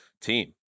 team